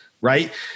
right